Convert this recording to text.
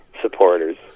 supporters